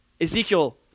Ezekiel